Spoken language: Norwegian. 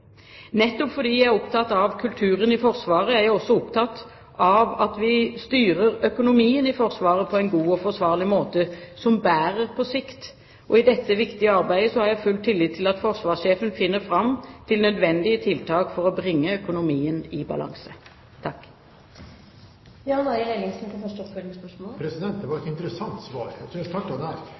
Nettopp fordi jeg er opptatt av kulturen i Forsvaret, er jeg også opptatt av at vi styrer økonomien i Forsvaret på en god og forsvarlig måte som bærer på sikt. I dette viktige arbeidet har jeg full tillit til at forsvarssjefen finner fram til nødvendige tiltak for å bringe økonomien i balanse. Det var et interessant svar – jeg tror jeg starter der. Jeg oppfattet det slik at statsråden overhodet ikke svarte på noe av det